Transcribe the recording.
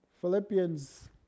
Philippians